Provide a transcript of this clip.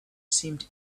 seemed